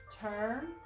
turn